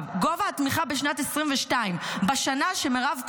גובה התמיכה בשנת 2022, בשנה שמירב כהן,